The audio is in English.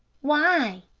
why?